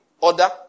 order